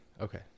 Okay